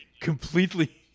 completely